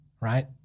right